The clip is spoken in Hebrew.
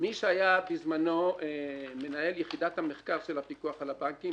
מי שהיה בזמנו מנהל יחידת המחקר של הפיקוח על הבנקים,